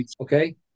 Okay